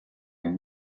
amb